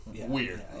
Weird